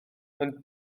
ond